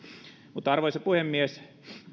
mutta arvoisa puhemies